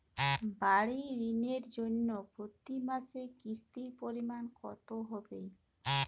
বাড়ীর ঋণের জন্য প্রতি মাসের কিস্তির পরিমাণ কত হবে?